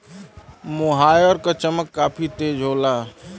मोहायर क चमक काफी तेज होला